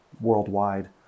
worldwide